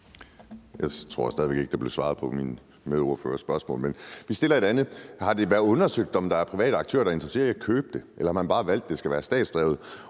Jeg tror stadig væk ikke, at der blev svaret på mit spørgsmål, men vi stiller et andet. Har det været undersøgt, om der er private aktører, der er interesseret i at købe det, eller har man bare valgt, at det skal være statsdrevet?